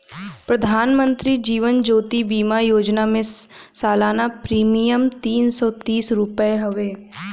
प्रधानमंत्री जीवन ज्योति बीमा योजना में सलाना प्रीमियम तीन सौ तीस रुपिया हवे